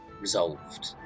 resolved